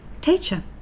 teacher